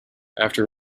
after